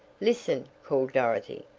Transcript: listen! called dorothy.